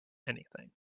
anything